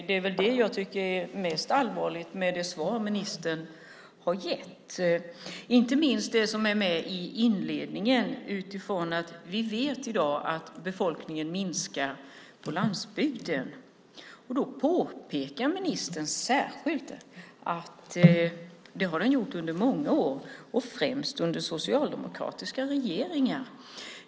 Det jag tycker är mest allvarligt med det svar som ministern har gett är inte minst det som är med i inledningen. Vi vet att befolkningen minskar på landsbygden, och då påpekar ministern särskilt att den har gjort det under många år och främst under socialdemokratiska regeringar.